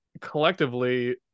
collectively